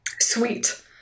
sweet